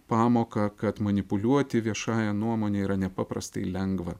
pamoką kad manipuliuoti viešąja nuomone yra nepaprastai lengva